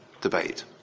debate